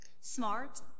smart